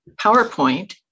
PowerPoint